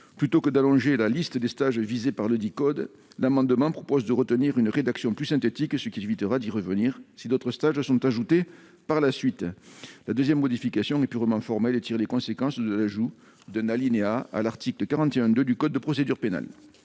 Plutôt que d'allonger la liste des stages visés par ledit code, l'amendement tend à introduire une rédaction plus synthétique, ce qui évitera d'y revenir si d'autres stages sont ajoutés par la suite. La deuxième modification est purement formelle et tire les conséquences de l'ajout d'un alinéa à l'article 41-2 du code de procédure pénale.